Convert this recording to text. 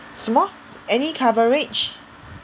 什么 any coverage